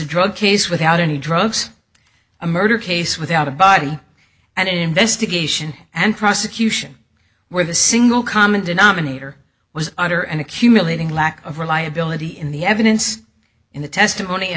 drug case without any drugs a murder case without a body and investigation and prosecution where the single common denominator was under an accumulating lack of reliability in the evidence in the testimony